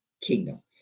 kingdom